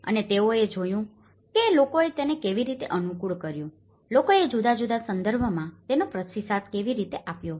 અને તેઓએ જોયું છે કે લોકોએ તેને કેવી રીતે અનુકૂળ કર્યું છે લોકોએ જુદા જુદા સંદર્ભમાં તેનો પ્રતિસાદ કેવી રીતે આપ્યો છે